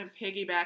piggyback